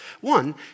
One